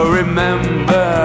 remember